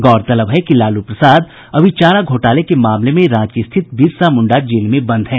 गौरतलब है कि लालू प्रसाद अभी चारा घोटाले के मामले में रांची स्थित बिरसा मुंडा जेल में बंद हैं